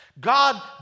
God